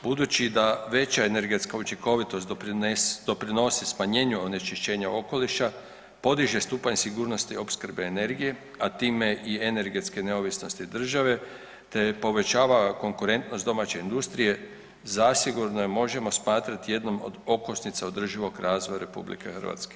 Budući da veća energetska učinkovitost doprinosi smanjenju onečišćenja okoliša podiže stupanj sigurnosti opskrbe energije, a time i energetske neovisnosti države, te povećava konkurentnost domaće industrije zasigurno je možemo smatrati jednom od okosnica održivog razvoja RH.